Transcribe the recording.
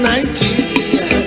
Nigeria